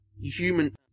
human